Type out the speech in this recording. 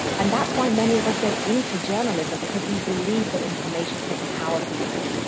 and that's why many of us go into journalism because we believe that information can empower people.